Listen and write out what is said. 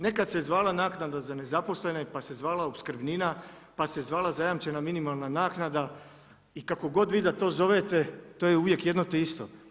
Nekad se zvala naknada za nezaposlene, pa se zvala opskrbnina, pa se zvala zajamčena minimalna naknada i kako god vi da to zovete, to je uvijek jedno te isto.